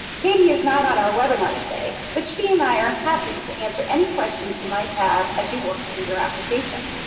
katie is not on our webinar today, but she and i are happy to answer any questions you might have as you work through your application.